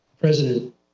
president